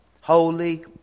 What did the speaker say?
Holy